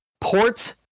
port